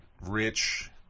rich